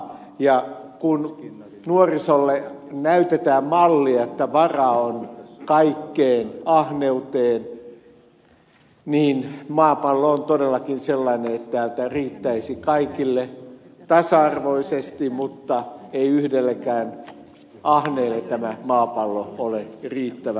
ja kun nuorisolle näytetään mallia että varaa on kaikkeen ahneuteen niin maapallo on todellakin sellainen että täältä riittäisi kaikille tasa arvoisesti mutta ei yhdellekään ahneelle tämä maapallo ole riittävä kooltaan